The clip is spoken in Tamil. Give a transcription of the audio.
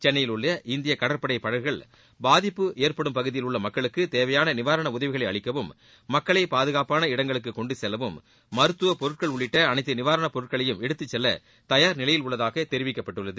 சென்னையில் உள்ள இந்திய கடற்படை படகுகள் பாதிப்பு ஏற்படும் பகுதியில் உள்ள மக்களுக்கு தேவையான நிவாரண உதவிகளை அளிக்கவும் மக்களை பாதுகாப்பாள இடங்களுக்கு கொண்டு செல்லவும் மருத்துவப் பொருட்கள் அனைத்து நிவாரணப் பொருட்களையும் எடுத்துச் செல்ல தயார் நிலையில் உள்ளதாக தெரிவிக்கப்பட்டுள்ளது